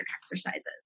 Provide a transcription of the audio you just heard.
exercises